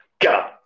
Go